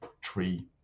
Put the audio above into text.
tree